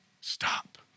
stop